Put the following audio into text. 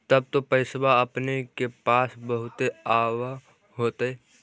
तब तो पैसबा अपने के पास बहुते आब होतय?